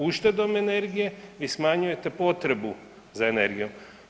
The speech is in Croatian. Uštedom energije vi smanjujete potrebu za energijom.